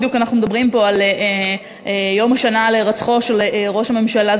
בדיוק אנחנו מדברים פה על יום השנה להירצחו של ראש הממשלה,